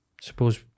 suppose